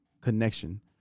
connection